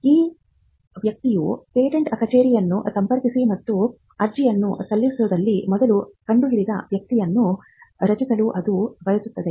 ಆ ವ್ಯಕ್ತಿಯು ಪೇಟೆಂಟ್ ಕಚೇರಿಯನ್ನು ಸಂಪರ್ಕಿಸಿ ಮತ್ತು ಅರ್ಜಿಯನ್ನು ಸಲ್ಲಿಸಿದಲ್ಲಿ ಮೊದಲು ಕಂಡುಹಿಡಿದ ವ್ಯಕ್ತಿಯನ್ನು ರಕ್ಷಿಸಲು ಅದು ಬಯಸುತ್ತದೆ